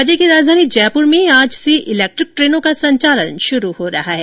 राज्य की राजधानी जयपुर में आज से इलेक्ट्रिक ट्रेनों का संचालन शुरू हो रहा है